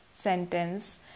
sentence